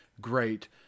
great